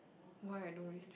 why I don't risk